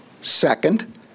Second